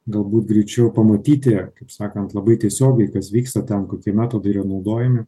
galbūt greičiau pamatyti kaip sakant labai tiesiogiai kas vyksta ten kokie metodai yra naudojami